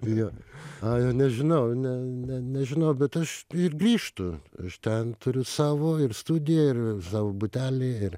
jo ai nežinau ne ne nežinau bet aš ir grįžtu aš ten turiu savo ir studiją ir savo butelę ir